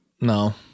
No